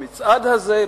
במצעד הזה,